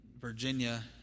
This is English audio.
Virginia